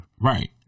Right